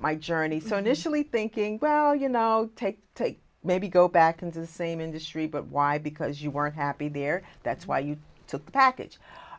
my journey so initially thinking well you know take take maybe go back and do the same industry but why because you were happy there that's why you took the package